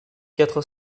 quatre